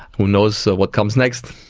who knows so what comes next.